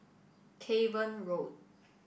Cavan Road